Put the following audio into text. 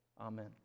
Amen